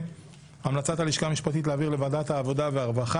המלצת הלשכה המשפטית היא להעביר לוועדת הכספים.